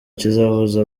kizahuza